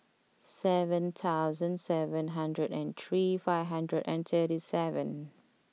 seven thousand seven hundred and three five hundred and thirty seven